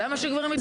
למה שגברים יתנגדו?